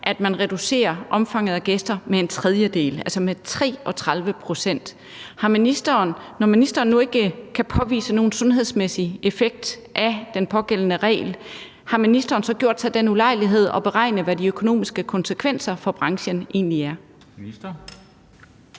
at man reducerer omfanget af gæster med en tredjedel, altså med 33 pct. Når ministeren nu ikke kan påvise nogen sundhedsmæssig effekt af den pågældende regel, har ministeren så gjort sig den ulejlighed at beregne, hvad de økonomiske konsekvenser for branchen egentlig er? Kl.